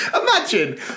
Imagine